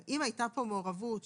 אבל אם היה למשל מקרה של